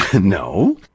no